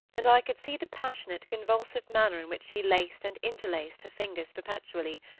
and i could see the passionate, convulsive manner in which she laced and interlaced her fingers perpetually,